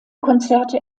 konzerte